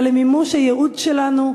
אלא למימוש הייעוד שלנו,